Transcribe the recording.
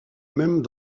mêmes